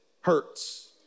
hurts